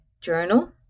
journal